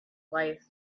life